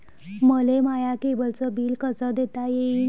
मले माया केबलचं बिल कस देता येईन?